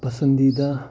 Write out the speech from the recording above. پَسنٛدیٖدہ